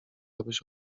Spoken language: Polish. abyś